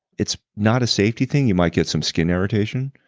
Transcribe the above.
it's not a safety thing. you might get some skin irritation.